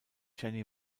jenny